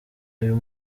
uyu